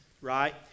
right